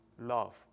love